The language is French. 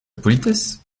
politesse